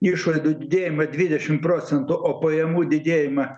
išlaidų didėjimą dvidešim procentų o pajamų didėjimą